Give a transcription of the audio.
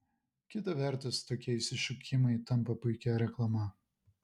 kita vertus tokie išsišokimai tampa puikia reklama